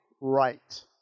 right